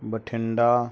Bathinda